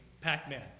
Pac-Man